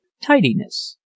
tidiness